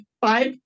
five